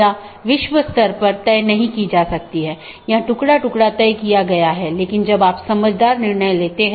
इसलिए इसमें केवल स्थानीय ट्रैफ़िक होता है कोई ट्रांज़िट ट्रैफ़िक नहीं है